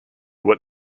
what